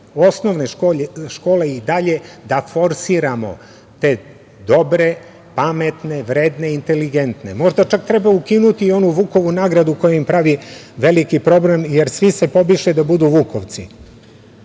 od predškolskog i dalje da forsiramo te dobre, pametne, vredne i inteligentne. Možda čak treba ukinuti onu „Vukovu“ nagradu koja im pravi veliki problem, jer svi se pobiše da budu vukovci. Treba